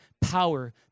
Power